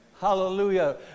Hallelujah